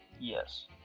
Yes